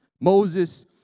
Moses